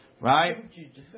Right